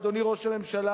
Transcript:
אדוני ראש הממשלה,